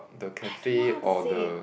I don't know how to say